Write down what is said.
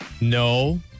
No